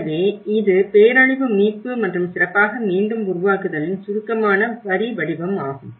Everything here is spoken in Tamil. எனவே இது பேரழிவு மீட்பு மற்றும் சிறப்பாக மீண்டும் உருவாக்குதலின் சுருக்கமான வரிவடிவம் ஆகும்